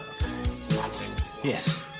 Yes